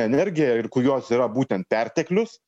energija ir kur jos yra būtent perteklius